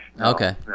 Okay